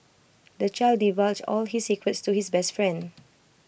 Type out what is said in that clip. the child divulged all his secrets to his best friend